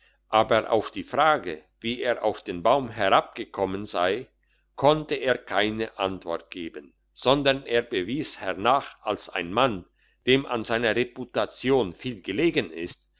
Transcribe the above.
aber auf die frage wie er auf den baum herabgekommen sei konnte er keine antwort geben sondern er bewies hernach als ein mann dem an seiner reputation viel gelegen ist